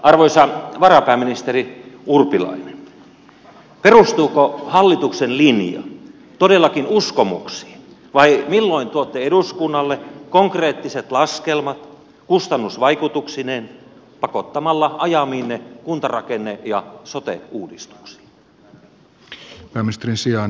arvoisa varapääministeri urpilainen perustuuko hallituksen linja todellakin uskomuksiin vai milloin tuotte eduskunnalle konkreettiset laskelmat kustannusvaikutuksineen pakottamalla ajamiinne kuntarakenne ja sote uudistuksiin